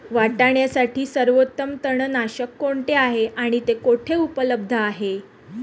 वाटाण्यासाठी सर्वोत्तम तणनाशक कोणते आहे आणि ते कुठे उपलब्ध आहे?